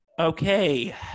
Okay